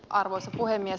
arvoisa puhemies